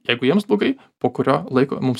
jeigu jiems blogai po kurio laiko mums